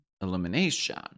elimination